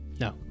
no